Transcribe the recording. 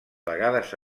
vegades